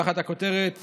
תחת הכותרת